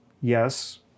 Yes